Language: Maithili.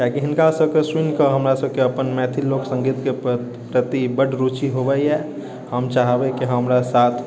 किआकि हिनका सबके सुनिकऽ हमरा अपन मैथिल लोकसङ्गीतके प्रति बड़ रूचि होबैए हम चाहबै कि हमरा साथ